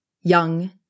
Young